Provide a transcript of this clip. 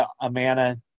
Amana